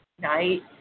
night